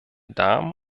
damen